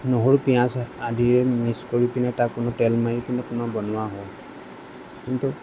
নহৰু পিঁয়াজ আদিৰে মিছ কৰি পিনে তাক পুনৰ তেল মাৰি পেনাই বনোৱা হয় কিন্তু